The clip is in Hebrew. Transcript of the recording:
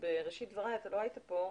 אתה לא היית פה,